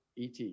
ET